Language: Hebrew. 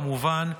כמובן,